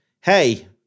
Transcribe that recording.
hey